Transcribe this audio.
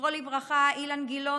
אילן גילאון,